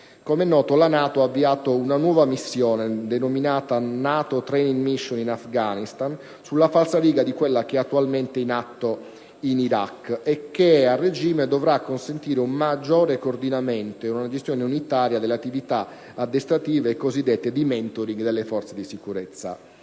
come noto, la NATO ha avviato una nuova missione denominata «*NATO training mission-Afghanistan*», sulla falsariga di quella attualmente in atto in Iraq, che, a regime, dovrà consentire un maggiore coordinamento e una gestione unitaria delle attività addestrative cosiddette di *mentoring* delle forze di sicurezza